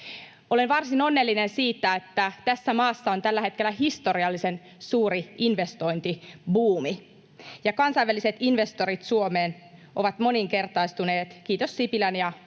Olen varsin onnellinen siitä, että tässä maassa on tällä hetkellä historiallisen suuri investointibuumi ja kansainväliset investoinnit Suomeen ovat moninkertaistuneet, kiitos Sipilän ja